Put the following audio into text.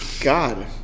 God